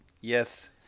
Yes